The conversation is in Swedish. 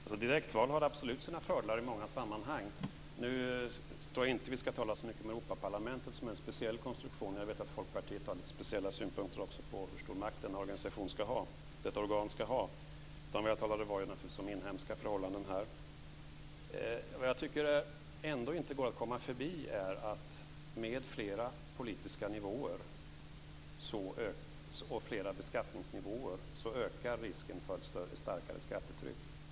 Fru talman! Direktval har absolut sina föredelar i många sammanhang. Nu tycker jag inte att vi ska tala så mycket om Europaparlamentet som är en speciell konstruktion, och jag vet att Folkpartiet har lite speciella synpunkter också på hur stor makt detta organ ska ha. Jag talade naturligtvis om inhemska förhållanden. Jag tycker ändå att det inte går att komma förbi att med flera politiska nivåer och flera beskattningsnivåer ökar risken för ett större och starkare skattetryck.